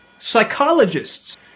psychologists